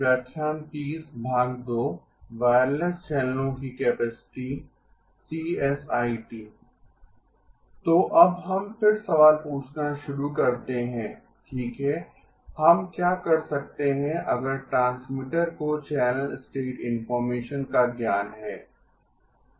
wireless चैनलों की capacity CSIT तो अब हम फिर सवाल पूछना शुरू करते हैं ठीक है हम क्या कर सकते हैं अगर ट्रांसमीटर को चैनल स्टेट इन्फॉर्मेशन का ज्ञान है